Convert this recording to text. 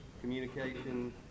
communication